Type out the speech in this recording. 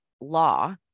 law